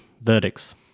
verdicts